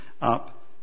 up